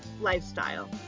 lifestyle